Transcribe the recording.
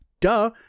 Duh